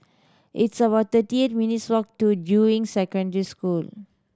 it's about thirty eight minutes walk to Juying Secondary School